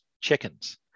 chickens